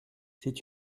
c’est